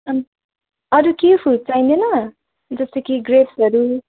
अन् अरू केही फ्रुट चाहिँदैन जस्तो कि ग्रेप्सहरू